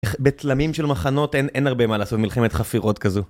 בתלמים של מחנות אין הרבה מה לעשות מלחמת חפירות כזו.